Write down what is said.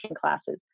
classes